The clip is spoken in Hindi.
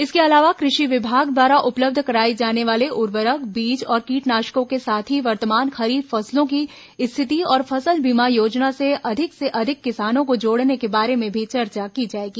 इसके अलावा कृषि विभाग द्वारा उपलब्ध कराई जाने वाले उर्वरक बीज और कीटनाशकों के साथ ही वर्तमान खरीफ फसलों की स्थिति और फसल बीमा योजना से अधिक से अधिक किसानों को जोड़ने के बारे में भी चर्चा की जाएगी